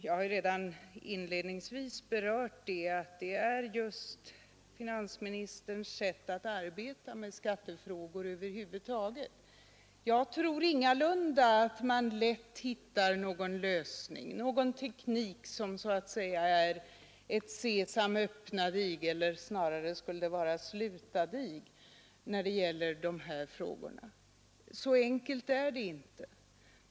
Jag har redan inledningsvis sagt att det är just finansministerns sätt att arbeta med skattefrågor över huvud taget, men rätt är det inte. Jag tror ingalunda att man lätt hittar någon lösning, någon teknik som så att säga blir ett ”sesam, öppna dig” eller snarare ”slut dig”. Så enkelt är det inte.